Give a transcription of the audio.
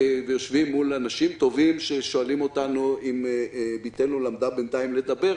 יושבים מול אנשים טובים ששואלים אותנו אם בתנו למדה בינתיים לדבר.